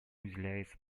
уделяется